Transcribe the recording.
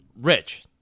Rich